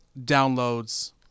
downloads